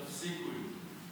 תפסיקו עם זה.